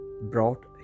brought